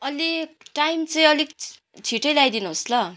अलिक टाइम चाहिँ अलिक छि छिट्टै ल्याइदिनु होस् ल